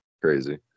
crazy